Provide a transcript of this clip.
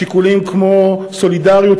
שיקולים כמו סולידריות,